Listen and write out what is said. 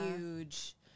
huge